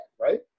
right